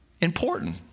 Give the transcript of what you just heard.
important